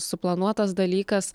suplanuotas dalykas